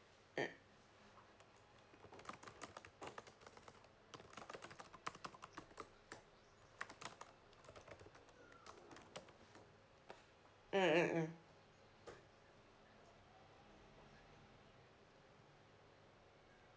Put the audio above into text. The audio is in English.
mm mm mm mm